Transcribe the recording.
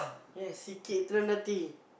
yes C_K Eternity